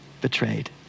betrayed